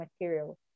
material